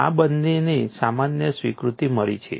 આ બંનેને સામાન્ય સ્વીકૃતિ મળી છે